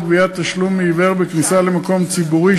גביית תשלום מעיוור בכניסה למקום ציבורי,